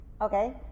okay